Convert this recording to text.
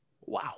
wow